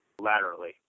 Laterally